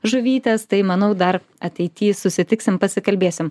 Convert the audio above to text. žuvytes tai manau dar ateity susitiksim pasikalbėsim